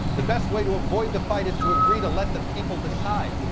the best way to avoid the fight is to agree to let the people decide.